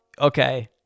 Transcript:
Okay